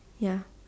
ya